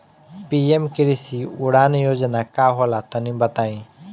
PM Krishi Udan Yojana का होला तनि बताई?